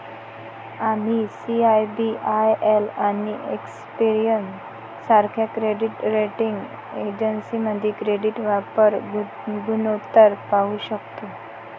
आम्ही सी.आय.बी.आय.एल आणि एक्सपेरियन सारख्या क्रेडिट रेटिंग एजन्सीमध्ये क्रेडिट वापर गुणोत्तर पाहू शकतो